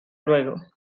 luego